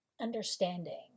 understanding